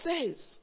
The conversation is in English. says